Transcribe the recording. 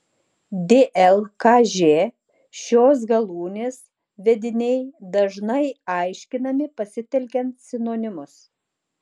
dlkž šios galūnės vediniai dažnai aiškinami pasitelkiant sinonimus